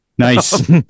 nice